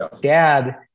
dad